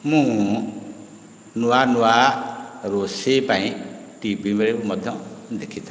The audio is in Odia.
ମୁଁ ନୂଆ ନୂଆ ରୋଷେଇ ପାଇଁ ଟିଭିରେ ମଧ୍ୟ ଦେଖିଥାଏ